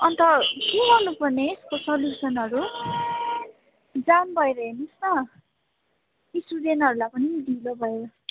अन्त के गर्नु पर्ने सल्युसनहरू जाम भएर हेर्नुहोस् न स्टुडेन्टहरूलाई पनि ढिलो भयो